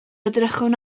edrychwn